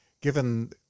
given